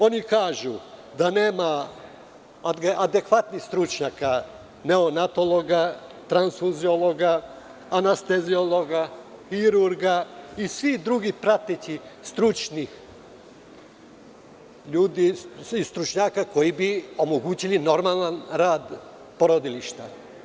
Oni kažu da nema adekvatnih stručnjaka, neonatologa, transfuziologa, anesteziologa, hirurga i svih drugih pratećih stručnjaka koji bi omogućili normalan rad porodilišta.